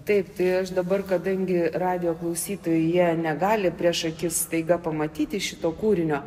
taip tai aš dabar kadangi radijo klausytojai jie negali prieš akis staiga pamatyti šito kūrinio